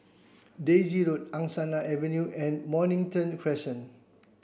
Daisy Road Angsana Avenue and Mornington Crescent